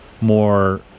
more